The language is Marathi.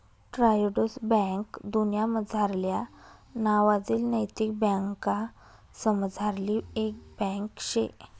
ट्रायोडोस बैंक दुन्यामझारल्या नावाजेल नैतिक बँकासमझारली एक बँक शे